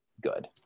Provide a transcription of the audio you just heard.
good